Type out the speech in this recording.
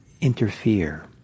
interfere